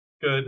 Good